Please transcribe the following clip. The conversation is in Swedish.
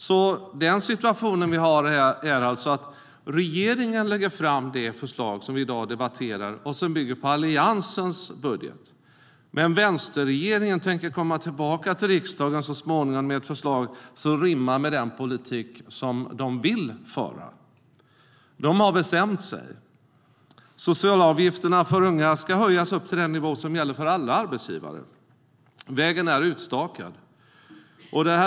Vi har en situation där regeringen lägger fram det förslag som vi i dag debatterar och som bygger på Alliansens budget, men vänsterregeringen tänker så småningom komma tillbaka till riksdagen med ett förslag som rimmar med den politik de vill föra. Regeringen har bestämt sig. Socialavgifterna för unga ska höjas upp till den nivå som gäller för alla arbetsgivare. Vägen är utstakad.